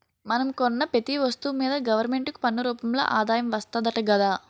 మనం కొన్న పెతీ ఒస్తువు మీదా గవరమెంటుకి పన్ను రూపంలో ఆదాయం వస్తాదట గదా